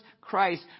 Christ